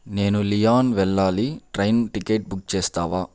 నేను లియోన్ వెళ్ళాలి train ticket book చేస్తావా